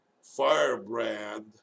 firebrand